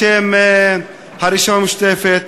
בשם הרשימה המשותפת,